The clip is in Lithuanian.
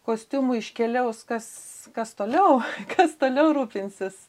kostiumų iškeliaus kas kas toliau kas toliau rūpinsis